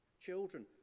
Children